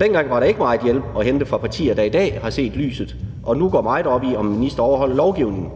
Dengang var der ikke megen hjælp at hente fra partier, der i dag har set lyset og nu går meget op i, om en minister overholder lovgivningen.